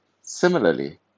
Similarly